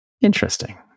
Interesting